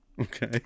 Okay